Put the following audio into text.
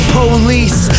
police